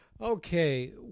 Okay